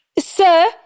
Sir